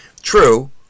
True